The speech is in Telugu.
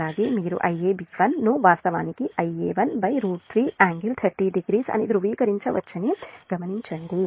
అలాగే మీరు Iab1 ను వాస్తవానికి I a1 √3 ∟300 అని ధృవీకరించవచ్చని గమనించండి